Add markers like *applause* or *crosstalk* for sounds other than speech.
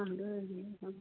*unintelligible*